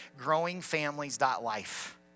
growingfamilies.life